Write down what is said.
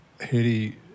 Haiti